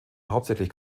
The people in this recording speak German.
hauptsächlich